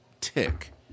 tick